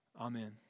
amen